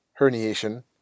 herniation